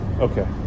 Okay